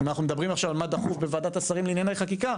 אם אנחנו מדברים עכשיו על מה דחוף בוועדת השרים לענייני חקירה